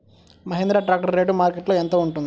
Mahindra tractor rate మార్కెట్లో యెంత ఉంటుంది?